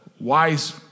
wise